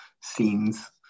scenes